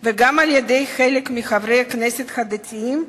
וגם על-ידי חלק מחברי הכנסת הדתיים,